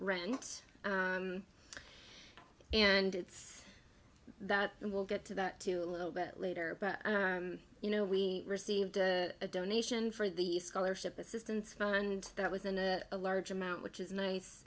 rent and it's that and we'll get to that to a little bit later but you know we received a donation for the scholarship assistance fund that was and a large amount which is nice